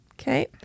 Okay